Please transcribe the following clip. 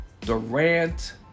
Durant